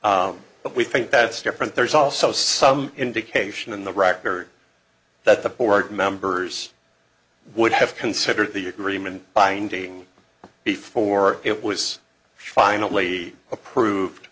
but we think that's different there's also some indication in the record that the board members would have considered the agreement binding before it was finally approved